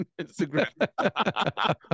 Instagram